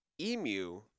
emu